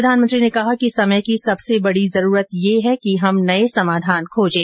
प्रधानमंत्री ने कहा कि समय की सबसे बड़ी जरूरत यह है कि हम नये समाधान खोजें